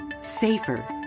safer